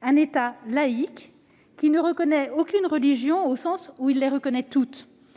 un État laïque qui ne reconnaît aucune religion, au sens où il les reconnaît toutes.